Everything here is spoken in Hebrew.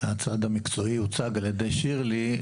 הצד המקצועי הוצג על ידי שירלי,